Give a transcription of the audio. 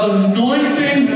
anointing